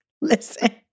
listen